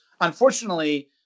unfortunately